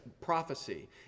prophecy